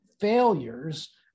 failures